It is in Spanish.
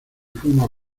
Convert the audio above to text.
fuimos